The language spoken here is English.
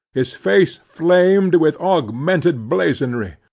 his face flamed with augmented blazonry,